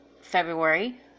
February